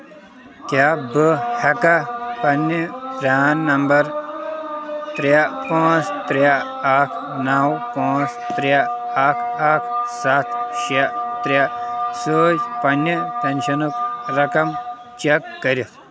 کیٛاہ بہٕ ہیٚکا پننہِ پران نمبر ترٛےٚ پانٛژھ ترٛےٚ اکھ نو پانٛژھ ترٛےٚ اکھ اکھ سَتھ شےٚ ترٛےٚ سۭتۍ پننہِ پنشنُک رقم چٮ۪ک کٔرِتھ؟